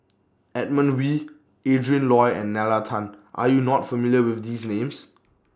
Edmund Wee Adrin Loi and Nalla Tan Are YOU not familiar with These Names